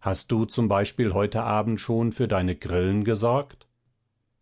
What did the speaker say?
hast du zum beispiel heute abend schon für deine grillen gesorgt